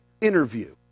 interview